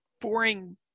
boring